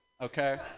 Okay